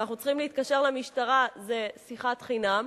כשאנחנו צריכים להתקשר למשטרה, זו שיחת חינם,